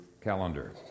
calendar